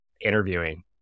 interviewing